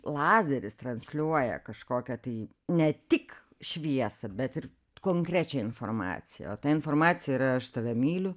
lazeris transliuoja kažkokią tai ne tik šviesą bet ir konkrečią informaciją o ta informacija yra aš tave myliu